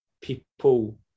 people